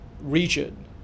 region